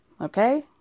okay